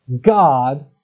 God